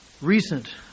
recent